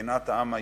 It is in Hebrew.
כמדינת העם היהודי,